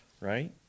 right